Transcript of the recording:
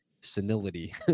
senility